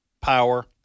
power